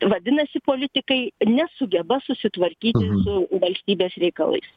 vadinasi politikai nesugeba susitvarkyti su valstybės reikalais